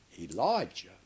Elijah